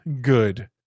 good